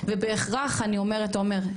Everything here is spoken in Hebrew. ובהכרח אני אומרת עומר,